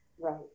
Right